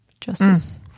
Justice